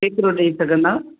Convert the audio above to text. केतिरो ॾेई सघंदा